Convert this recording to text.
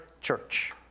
church